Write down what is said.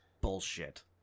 bullshit